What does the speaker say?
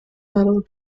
medal